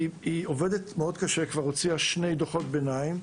היא עובדת מאוד קשה וכבר הוציאה שני דוחות ביניים.